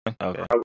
Okay